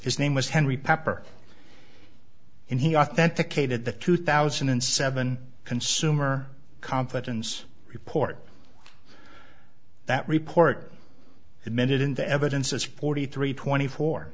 his name was henry pepper and he authenticated the two thousand and seven consumer confidence report that report admitted into evidence as forty three twenty four